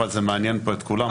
אבל זה מעניין פה את כולם,